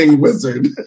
wizard